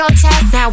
Now